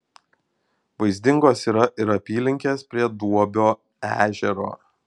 vaizdingos yra ir apylinkės prie duobio ežero